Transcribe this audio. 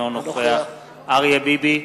אינו נוכח אריה ביבי,